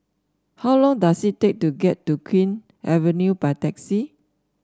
how long does it take to get to Queen Avenue by taxi